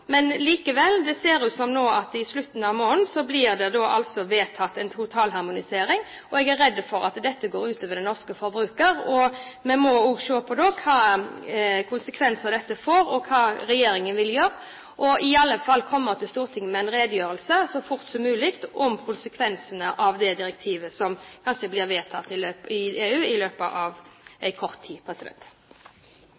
jeg er redd for at dette går ut over den norske forbrukeren. Vi må da se på hvilke konsekvenser dette får, og på hva regjeringen vil gjøre. I alle fall må man komme tilbake til Stortinget med en redegjørelse så fort som mulig om konsekvensene av direktivet som kanskje blir vedtatt i EU i løpet av